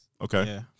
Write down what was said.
Okay